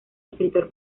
escritor